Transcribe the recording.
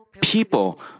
people